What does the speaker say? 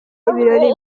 ibirori